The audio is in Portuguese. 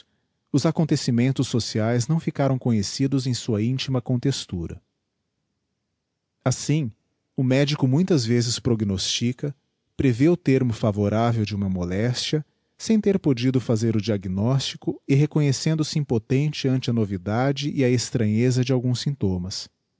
os acontecimentos sociaes não ficaram conhecidos em sua intima contextura assim o medico muitas vezes prognostica prevê o termo favorável de uma moléstia sem ter podido fazer o diagnostico e reconhecendo se impotente ante a novidade e a extranheza de alguns symptomas